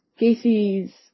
Gacy's